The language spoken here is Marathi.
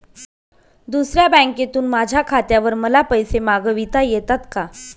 दुसऱ्या बँकेतून माझ्या खात्यावर मला पैसे मागविता येतात का?